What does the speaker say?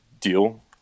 deal